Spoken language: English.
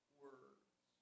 words